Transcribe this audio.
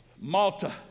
Malta